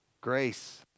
Grace